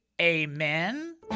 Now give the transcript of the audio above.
amen